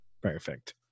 Perfect